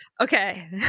Okay